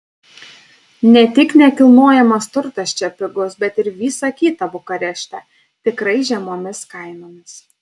ne tik nekilnojamas turtas čia pigus bet ir visa kita bukarešte tikrai žemomis kainomis